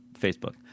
Facebook